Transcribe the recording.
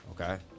Okay